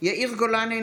יאיר גולן,